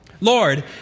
Lord